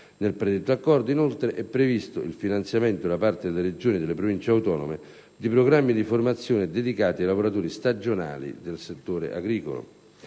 Nel predetto accordo, inoltre, è previsto il finanziamento, da parte delle Regioni e delle Province autonome, di programmi di formazione dedicati ai lavoratori stagionali del settore agricolo.